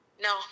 No